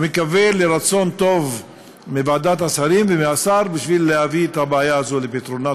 ומקווה לרצון טוב מוועדת השרים ומהשר כדי להביא את הבעיה הזאת לפתרונה.